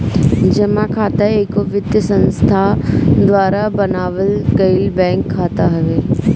जमा खाता एगो वित्तीय संस्था द्वारा बनावल गईल बैंक खाता हवे